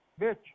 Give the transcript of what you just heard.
Bitch